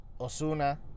Osuna